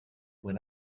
when